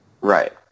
Right